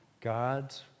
God's